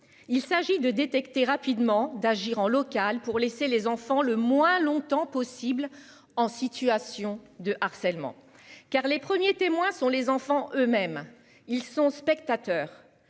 Il s'agit de détecter rapidement d'agir en local pour laisser les enfants le moins longtemps possible en situation de harcèlement. Car les premiers témoins sont les enfants eux-mêmes ils sont spectateurs